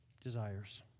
desires